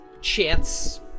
chance